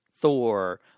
Thor